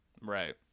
Right